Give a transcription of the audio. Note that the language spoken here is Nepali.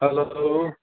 हेलो